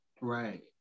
Right